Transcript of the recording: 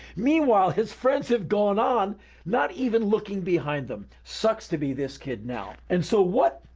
meanwhile his friends have gone on not even looking behind them. sucks to be this kid now. and so what.